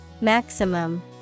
Maximum